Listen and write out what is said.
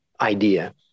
idea